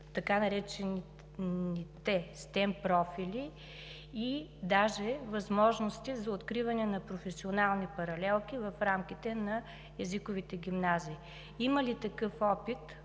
така наречените СТЕМ-профили и даже възможности за откриване на професионални паралелки в рамките на езиковите гимназии. Има ли такъв опит